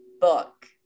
book